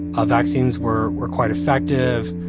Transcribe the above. ah vaccines were were quite effective.